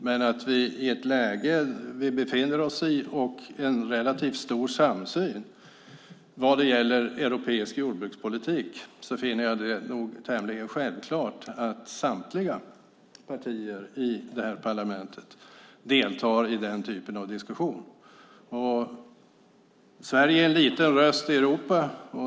Men i det läge vi befinner oss i och med tanke på att det finns en relativt stor samsyn i vad gäller europeisk jordbrukspolitik finner jag det tämligen självklart att samtliga partier i det här parlamentet deltar i den typen av diskussion. Sverige är en liten röst i Europa.